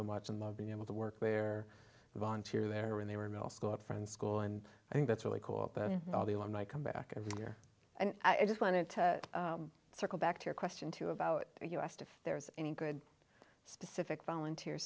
so much and love being able to work their volunteer there when they were middle school at friends school and i think that's really cool that all the alumni come back every year and i just wanted to circle back to your question too about you asked if there is any good specific volunteer